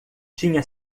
tinha